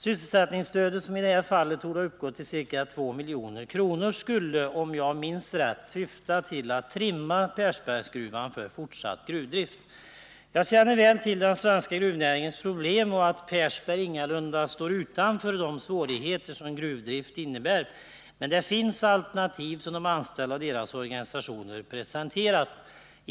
Sysselsättningsstödet, som i det här fallet torde ha uppgått till ca 2 milj.kr., skulle om jag minns rätt syfta till att trimma Persbergsgruvan för fortsatt drift. Jag känner väl till den svenska gruvnäringens problem och att Persberg ingalunda står utanför de svårigheter som gruvdrift innebär. Men det finns alternativ som de anställda och deras organisationer presenterat.